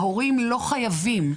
ההורים לא חייבים.